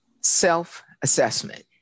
self-assessment